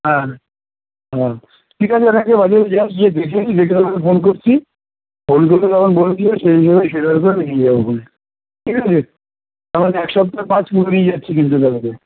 হ্যাঁ হ্যাঁ ঠিক আছে তাহলে আমি বাজারে যাই গিয়ে দেখে নিই দেখে তোমাকে ফোন করছি ফোন তুলে তখন বলে দিও সেই অনুযায়ী সেরকমভাবে আমি নিয়ে যাবখনে ঠিক আছে আমাকে এক সপ্তাহের মাছ তুলে নিয়ে যাচ্ছি কিন্তু তাহলে